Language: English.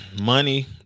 money